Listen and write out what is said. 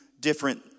different